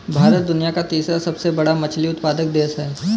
भारत दुनिया का तीसरा सबसे बड़ा मछली उत्पादक देश है